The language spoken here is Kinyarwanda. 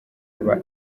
aba